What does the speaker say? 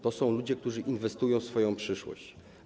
To są ludzie, którzy inwestują w swoją przyszłość.